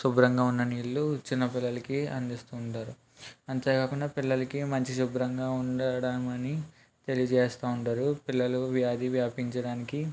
శుభ్రంగా ఉన్న నీళ్ళు చిన్న పిల్లలకి అందిస్తూ ఉంటారు అంతే కాకుండా పిల్లలకి మంచి శుభ్రంగా ఉండడమని తెలియజేస్తుంటారు పిల్లలు వ్యాధి వ్యాపించడానికి